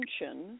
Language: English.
attention